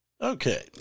Okay